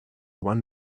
one